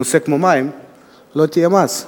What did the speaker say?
שבנושא כמו מים לא יחול מס.